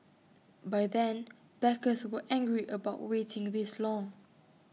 by then backers were angry about waiting this long